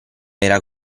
era